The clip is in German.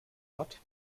hat